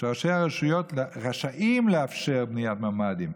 שראשי הרשויות רשאים לאפשר בניית ממ"דים,